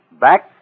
back